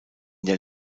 der